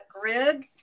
grid